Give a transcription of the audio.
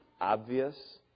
obvious